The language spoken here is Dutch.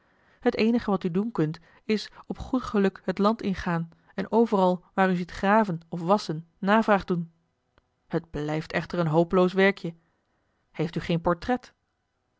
het eenige wat u doen kunt is op goed geluk het land ingaan en overal waar u ziet graven of wasschen navraag doen t blijft echter een hopeloos werkje heeft u geen portret